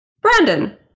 Brandon